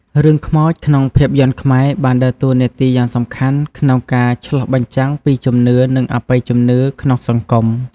រឿងខ្មោចក្នុងភាពយន្តខ្មែរបានដើរតួនាទីយ៉ាងសំខាន់ក្នុងការឆ្លុះបញ្ចាំងពីជំនឿ និងអបិយជំនឿក្នុងសង្គម។